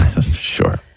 Sure